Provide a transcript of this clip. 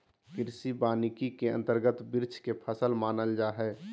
कृषि वानिकी के अंतर्गत वृक्ष के फसल मानल जा हइ